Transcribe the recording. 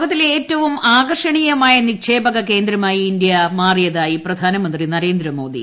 ലോകത്തിലെ ഏറ്റവും ആകർഷണീയമായ നിക്ഷേപക കേന്ദ്രമായി ഇന്ത്യ മാറിയതായി പ്രധാനമന്ത്രി നരേന്ദ്രമോദി